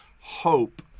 hope